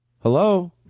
Hello